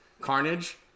Carnage